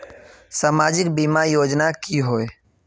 सामाजिक बीमा योजना की होय?